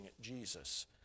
Jesus